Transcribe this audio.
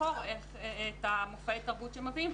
לבחור את מופעי התרבות שהם מביאים,